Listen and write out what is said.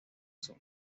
zona